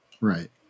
Right